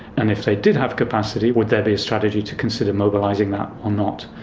and if they did have capacity would there be a strategy to consider mobilising that or not.